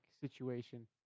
situation